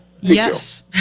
Yes